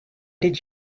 did